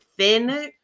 Thin